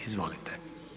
Izvolite.